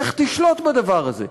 איך תשלוט בדבר הזה?